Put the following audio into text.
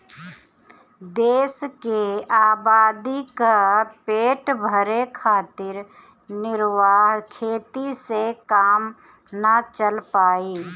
देश के आबादी क पेट भरे खातिर निर्वाह खेती से काम ना चल पाई